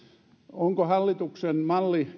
onko hallituksen malli